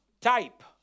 type